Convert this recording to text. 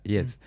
Yes